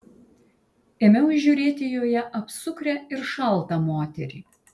ėmiau įžiūrėti joje apsukrią ir šaltą moterį